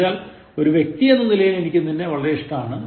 എന്നുവച്ചാൽ ഒരു വ്യക്തി എന്ന നിലയിൽ എനിക്ക് നിന്നെ വളരെ ഇഷ്ടമാണ്